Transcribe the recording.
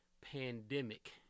pandemic